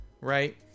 right